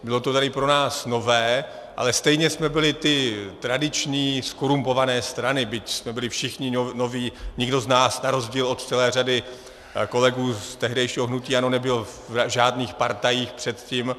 Bylo to tady pro nás nové, ale stejně jsme byly ty tradiční zkorumpované strany, byť jsme byli všichni noví, nikdo z nás na rozdíl od celé řady kolegů z tehdejšího hnutí ANO nebyl v žádných partajích předtím.